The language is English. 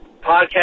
podcast